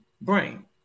Brain